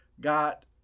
got